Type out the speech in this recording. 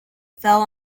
fell